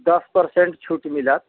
दश परसेन्ट छूट मिलत